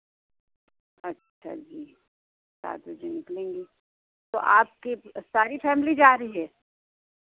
अच्छा जी सात बजे निकलेंगी तो आपकी सारी फ़ैमिली जा रही है